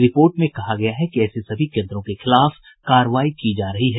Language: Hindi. रिपोर्ट में कहा गया है कि ऐसे सभी केंद्रों के खिलाफ कार्रवाई की जा रही है